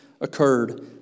occurred